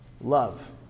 Love